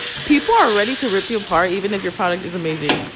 people are ready to rip you apart, even if your product is amazing.